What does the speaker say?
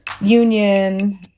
Union